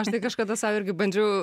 aš tai kažkada sau irgi bandžiau